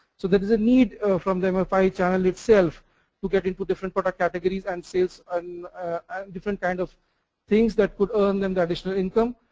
so there is a need from the mfi channel itself who got into different product categories and sales and different kind of things that could earn them the additional income.